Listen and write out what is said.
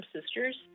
sisters